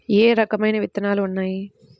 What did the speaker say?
ఏ రకమైన విత్తనాలు ఉన్నాయి?